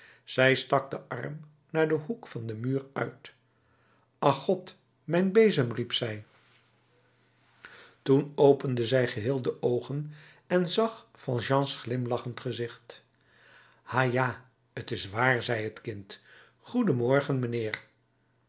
zij stak den arm naar den hoek van den muur uit ach god mijn bezem riep zij toen opende zij geheel de oogen en zag valjeans glimlachend gezicht ha ja t is waar zei het kind goeden morgen mijnheer